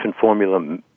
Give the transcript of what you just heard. formula